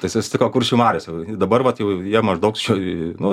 tai susitiko kuršių mariose ir dabar vat jau jie maždaug šioj nu